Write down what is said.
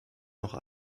noch